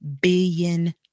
billion